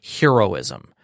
heroism